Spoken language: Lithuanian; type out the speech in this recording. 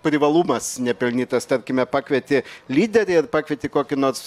privalumas nepelnytas tarkime pakvietė lyderį ir pakvietė kokį nors